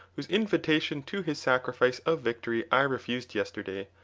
whose invitation to his sacrifice of victory i refused yesterday,